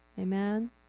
Amen